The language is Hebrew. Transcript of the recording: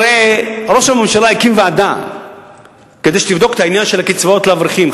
הרי ראש הממשלה הקים ועדה כדי שתבדוק את העניין של הקצבאות לאברכים,